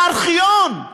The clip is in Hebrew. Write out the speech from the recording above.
לארכיון.